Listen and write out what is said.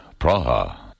Praha